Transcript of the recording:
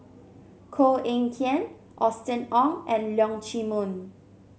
Koh Eng Kian Austen Ong and Leong Chee Mun